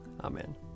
Amen